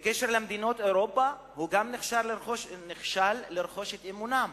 בקשר עם מדינות אירופה הוא נכשל ברכישת אמונן,